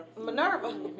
Minerva